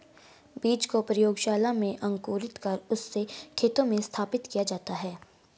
बीज को प्रयोगशाला में अंकुरित कर उससे खेतों में स्थापित किया जाता है